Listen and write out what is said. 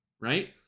right